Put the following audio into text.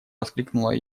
воскликнула